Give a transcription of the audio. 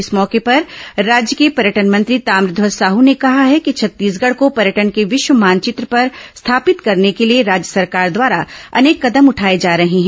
इस मौके पर राज्य के पर्यटन मंत्री ताम्रध्वज साहू ने कहा है कि छत्तीसगढ़ को पर्यटन के विश्व मानचित्र पर स्थापित करने के लिए राज्य सरकार द्वारा अनेक कदम उठाए जा रहे हैं